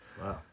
Wow